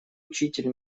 учитель